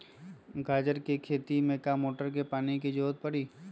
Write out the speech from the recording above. गाजर के खेती में का मोटर के पानी के ज़रूरत परी?